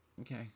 okay